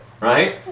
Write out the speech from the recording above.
Right